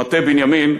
מטה בנימין,